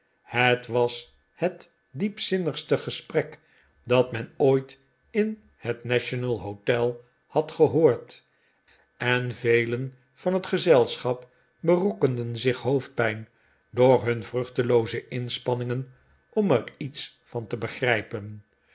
het was het diepzinnigste gesprek dat men ooit in het national hotel had gehoord en velen van het gezelschap berokkenden zich hoofdpijn door hun vruchtelooze inspanningen om er iets van te begrijpen